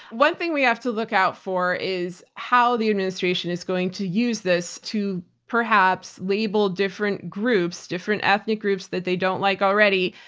one thing we have to look out for is how the administration is going to use this to perhaps label different groups, different ethnic groups that they don't like already,